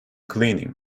cleaning